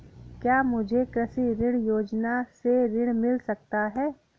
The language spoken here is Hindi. क्या मुझे कृषि ऋण योजना से ऋण मिल सकता है?